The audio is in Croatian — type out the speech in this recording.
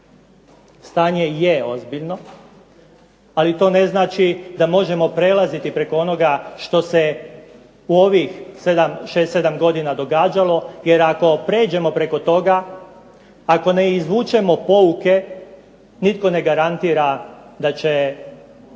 Stanje je ozbiljno, ali to ne znači da možemo prelaziti preko onoga što se u ovih 6, 7 godina događalo, jer ako pređemo preko toga, ako ne izvučemo pouke nitko ne garantira da će